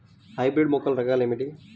Hybrid మొక్కల రకాలు ఏమిటి?